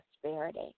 prosperity